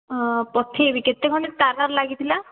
ପଠାଇବି କେତେ ଖଣ୍ଡେ ତାର ଲାଗିଥିଲା